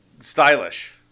stylish